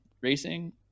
racing